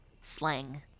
slang